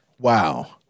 Wow